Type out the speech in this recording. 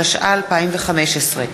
התשע"ה 2015,